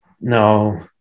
no